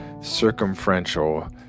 circumferential